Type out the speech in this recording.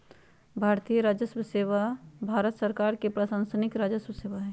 भारतीय राजस्व सेवा भारत सरकार के प्रशासनिक राजस्व सेवा हइ